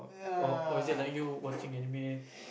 or or is it like you watching anime